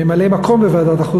ממלאי-מקום בוועדת החוץ